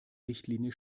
richtlinie